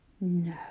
No